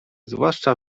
zwłaszcza